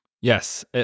Yes